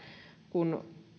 kun